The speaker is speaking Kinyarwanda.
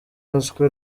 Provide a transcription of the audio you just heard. ruswa